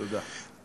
תודה.